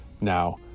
now